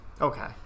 Okay